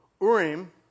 Urim